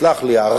ותסלח לי,